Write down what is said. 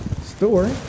store